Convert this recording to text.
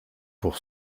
pour